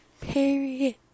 period